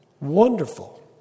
wonderful